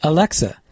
Alexa